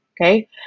okay